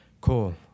cool